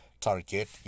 target